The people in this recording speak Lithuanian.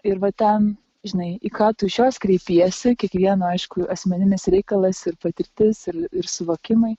ir va ten žinai į ką tu iš jos kreipiesi kiekvieno aišku asmeninis reikalas ir patirtis ir ir suvokimai